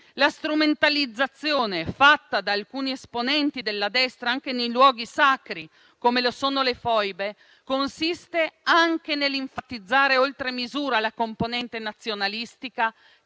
La strumentalizzazione fatta da alcuni esponenti della destra nei luoghi sacri, come sono le foibe, consiste anche nell'enfatizzare oltre misura la componente nazionalistica